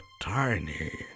tiny